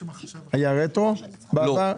היה רטרואקטיבי בעבר?